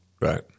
Right